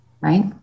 Right